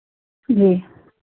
जी